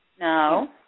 No